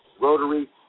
Rotary